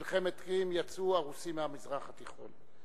מלחמת קרים, יצאו הרוסים מהמזרח התיכון.